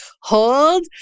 hold